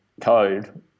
code